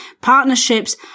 partnerships